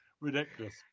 Ridiculous